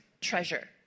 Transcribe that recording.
treasure